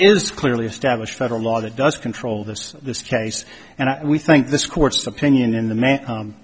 is clearly established federal law that does control this this case and we think this court's opinion in the